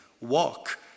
walk